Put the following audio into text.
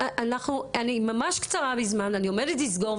אני ממש קצרה בזמן, אני עומדת לסגור.